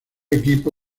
equipo